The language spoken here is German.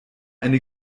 eine